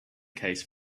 case